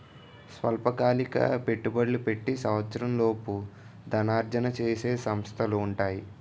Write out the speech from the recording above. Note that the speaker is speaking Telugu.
స్వల్పకాలిక పెట్టుబడులు పెట్టి సంవత్సరంలోపు ధనార్జన చేసే సంస్థలు ఉంటాయి